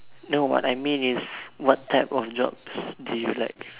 no what I mean is what type of jobs do you like